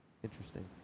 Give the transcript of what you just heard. Interesting